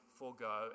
forego